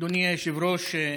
אדוני היושב-ראש,